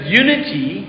unity